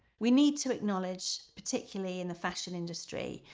we need to acknowledge, particularly in the fashion industry,